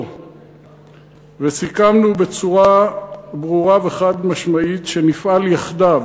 וסיכמנו בצורה ברורה וחד-משמעית שנפעל יחדיו